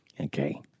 Okay